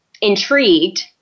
intrigued